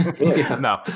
no